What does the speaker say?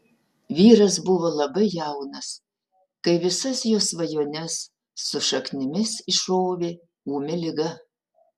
vyras buvo labai jaunas kai visas jo svajones su šaknimis išrovė ūmi liga